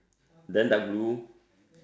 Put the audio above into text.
then dark blue